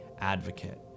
advocate